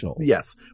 Yes